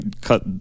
cut